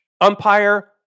Umpire